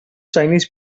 chinese